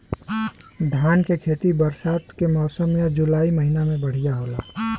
धान के खेती बरसात के मौसम या जुलाई महीना में बढ़ियां होला?